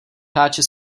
hráči